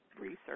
research